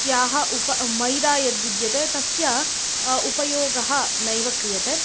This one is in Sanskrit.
याः उप मैदा यद्विद्यते तस्य उपयोगः नैव क्रियते